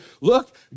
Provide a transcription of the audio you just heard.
look